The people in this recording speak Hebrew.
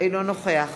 אינו נוכח